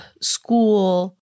school